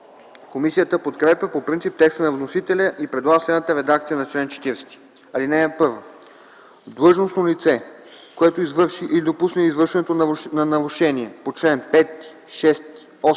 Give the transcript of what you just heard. Комисията подкрепя по принцип текста на вносителя и предлага следната редакция на чл. 40: „Чл. 40. (1) Длъжностно лице, което извърши или допусне извършването на нарушение по чл. 5, 6, 8,